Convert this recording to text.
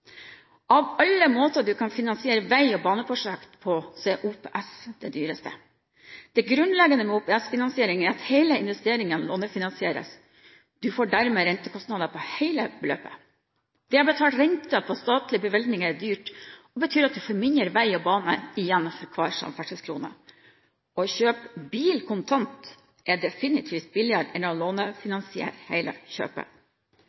Av alle måter man kan finansiere vei- og baneprosjekter på, er OPS den dyreste. Det grunnleggende med OPS-finansiering er at hele investeringen lånefinansieres. Man får dermed rentekostnader på hele beløpet. Det å betale renter på statlige bevilgninger er dyrt, og det betyr at man får mindre vei og bane igjen for hver samferdselskrone. Å kjøpe bil kontant er definitivt billigere enn å lånefinansiere hele kjøpet.